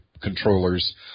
controllers